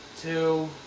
two